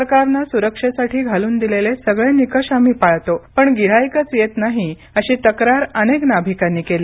सरकारनं सुरक्षेसाठी घालून दिलेले सगळे निकष आम्ही पाळतो पण गिऱ्हाईकच येत नाही अशी तक्रार अनेक नाभिकांनी केली